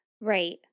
Right